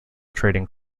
trading